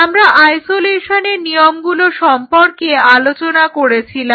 আমরা আইসোলেশনের নিয়মগুলো সম্পর্কে আলোচনা করেছিলাম